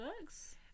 books